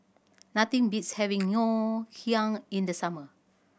nothing beats having Ngoh Hiang in the summer